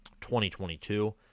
2022